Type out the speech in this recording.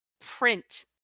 print